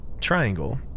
Triangle